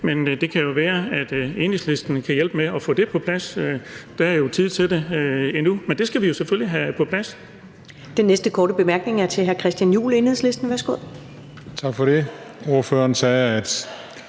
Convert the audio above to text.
Men det kan være, at Enhedslisten kan hjælpe med at få det på plads; der er jo tid til det endnu. Det skal vi selvfølgelig have på plads.